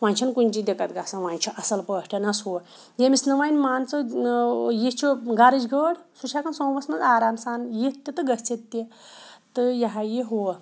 وۄنۍ چھَنہٕ کُنچی دِقت گژھان وۄنۍ چھُ اَصٕل پٲٹھٮ۪نَس ہُہ یٔمِس نہٕ وۄنۍ مان ژٕ یہِ چھُ گَرٕچ گٲڑۍ سُہ چھُ ہٮ۪کان سوموٗوَس منٛز آرام سان یِتھ تہِ تہٕ گٔژھِتھ تہِ تہٕ یہِ ہا یہِ ہُہ